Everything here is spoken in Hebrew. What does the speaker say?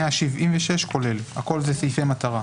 176 כולל, הכול זה סעיפי מטרה.